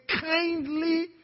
kindly